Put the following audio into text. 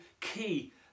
key